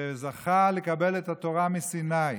שזכה לקבל את התורה מסיני,